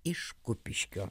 iš kupiškio